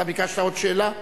אתה ביקשת עוד שאלה?